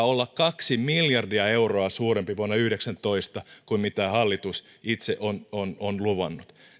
olla kaksi miljardia euroa suurempi vuonna yhdeksäntoista kuin mitä hallitus itse on on luvannut